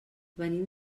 venim